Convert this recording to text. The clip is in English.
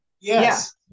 Yes